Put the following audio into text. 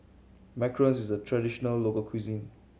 macarons is a traditional local cuisine